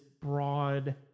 broad